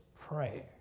prayer